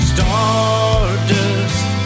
Stardust